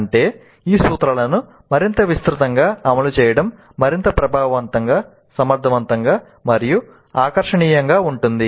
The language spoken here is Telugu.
అంటే ఈ సూత్రాలను మరింత విస్తృతంగా అమలు చేయడం మరింత ప్రభావవంతంగా సమర్థవంతంగా మరియు ఆకర్షణీయంగా ఉంటుంది